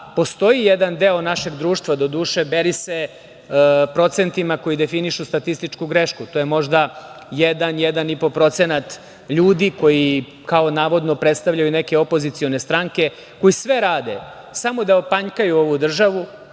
postoji jedan deo našeg društva, doduše meri se procentima koji definišu statističku grešku, to je možda 1%, 1,5% ljudi koji kao navodno predstavljaju neke opozicione strane, koji sve rade samo da opanjkaju ovu državu,